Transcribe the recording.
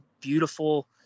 beautiful